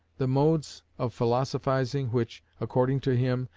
the modes of philosophizing which, according to him,